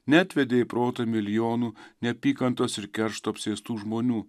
neatvedė į protą milijonų neapykantos ir keršto apsėstų žmonių